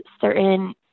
certain